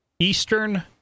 Eastern